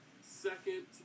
second